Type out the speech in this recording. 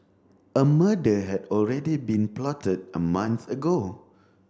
a murder had already been plotted a month ago